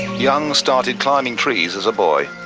young started climbing trees as a boy,